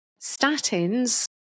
Statins